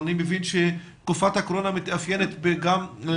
אבל אני מבין שתקופת הקורונה מתאפיינת בעלייה,